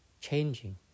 changing